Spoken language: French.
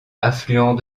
affluent